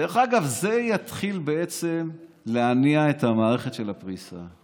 דרך אגב, זה יתחיל להניע את המערכת של הפריסה.